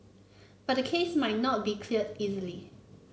but the case might not be cleared easily